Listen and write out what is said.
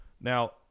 Now